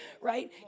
right